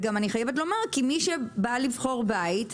אני חייבת לומר, כמי שבא לבחור בית,